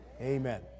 Amen